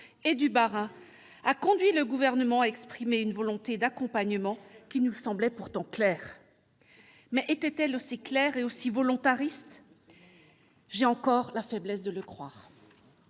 et du Bas-Rhin, a conduit le Gouvernement à exprimer une volonté d'accompagnement qui nous semblait pourtant claire. Mais était-elle aussi explicite et aussi volontariste ? J'ai encore la faiblesse de le croire.